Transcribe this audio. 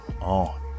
on